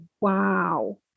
wow